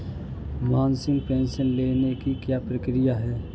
मासिक पेंशन लेने की क्या प्रक्रिया है?